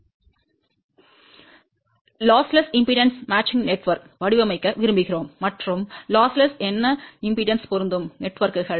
இழப்பற்ற மின்மறுப்பு பொருந்தக்கூடிய பிணையத்தை வடிவமைக்க விரும்புகிறோம் மற்றும் இழப்பற்றவை என்ன மின்மறுப்பு பொருந்தும் நெட்வொர்க்குகள்